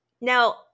Now